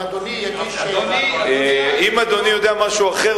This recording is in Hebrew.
אם אדוני יודע משהו אחר,